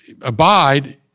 abide